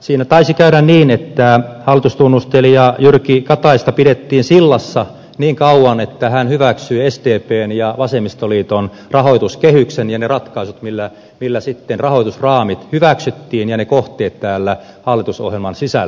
siinä taisi käydä niin että hallitustunnustelija jyrki kataista pidettiin sillassa niin kauan että hän hyväksyi sdpn ja vasemmistoliiton rahoituskehyksen ja ne ratkaisut millä sitten rahoitusraamit hyväksyttiin ja ne kohteet täällä hallitusohjelman sisällä